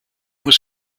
was